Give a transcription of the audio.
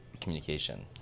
communication